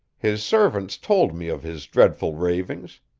his servants told me of his dreadful ravings.